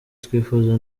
twifuza